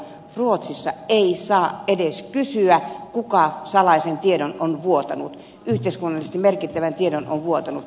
ruotsissa ei saa edes kysyä kuka salaisen yhteiskunnallisesti merkittävän tiedon on vuotanut